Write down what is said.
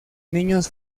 niños